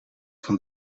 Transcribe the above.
van